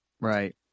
Right